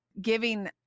giving